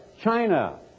China